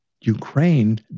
ukraine